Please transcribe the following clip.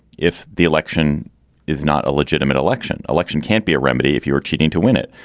if the election is not a legitimate election, election can't be a remedy if you were cheating to win it.